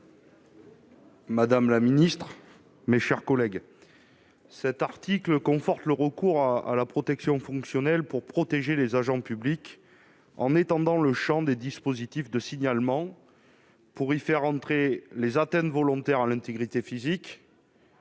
: La parole est à M. Fabien Gay. Cet article conforte le recours à la protection fonctionnelle pour protéger les agents publics en étendant le champ des dispositifs de signalement pour y faire entrer les atteintes volontaires à l'intégrité physique,